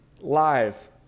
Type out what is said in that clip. live